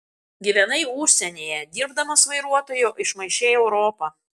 gyvenai užsienyje dirbdamas vairuotoju išmaišei europą